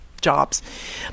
jobs